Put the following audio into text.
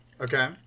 Okay